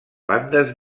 bandes